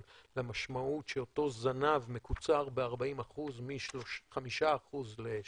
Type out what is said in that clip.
למשמעות שאותו זנב מקוצר ב-40% מ-5% ל-3%,